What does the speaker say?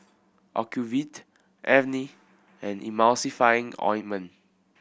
Ocuvite Avene and Emulsying Ointment